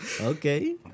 Okay